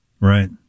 Right